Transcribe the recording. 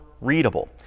readable